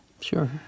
Sure